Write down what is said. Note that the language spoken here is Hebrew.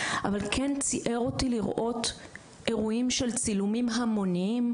אבל כן ציער אותי לראות אירועים של צילומים המוניים,